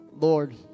Lord